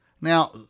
now